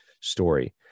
story